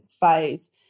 phase